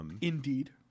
Indeed